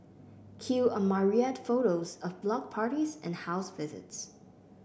cue a myriad photos of block parties and house visits